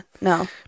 no